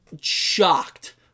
shocked